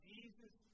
Jesus